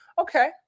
okay